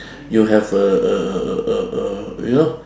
you have a a a a a a you know